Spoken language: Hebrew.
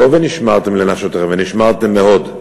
לא ונשמרתם לנפשותיכם, ונשמרתם מאוד.